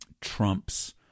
trumps